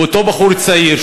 ואותו בחור צעיר,